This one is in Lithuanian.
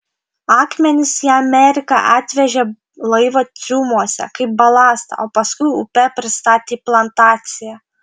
akmenis į ameriką atvežė laivo triumuose kaip balastą o paskui upe pristatė į plantaciją